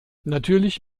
natürlich